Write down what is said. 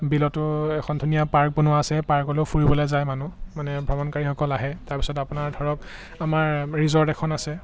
বিলতো এখন ধুনীয়া পাৰ্ক বনোৱা আছে পাৰ্কলৈও ফুৰিবলৈ যায় মানুহ মানে ভ্ৰমণকাৰীসকল আহে তাৰপিছত আপোনাৰ ধৰক আমাৰ ৰিজৰ্ট এখন আছে